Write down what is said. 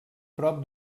prop